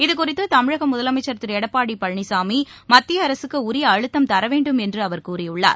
இதுகுறித்துமிழகமுதலமைச்சா் திருளடப்பாடிபழனிசாமி மத்தியஅரசுக்குஉரியஅழுத்தம் தரவேண்டும் என்றுஅவர் கூறியுள்ளார்